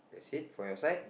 six for your side